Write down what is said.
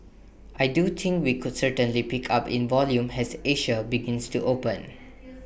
I do think we could certainly pick up in volume has Asia begins to open